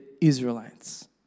Israelites